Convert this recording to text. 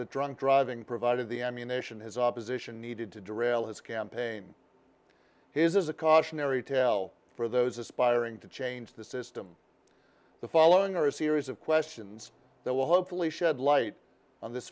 that drunk driving provided the ammunition his opposition needed to derail his campaign his is a cautionary tale for those aspiring to change the system the following are a series of questions that will hopefully shed light on this